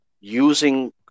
using